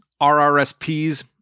RRSPs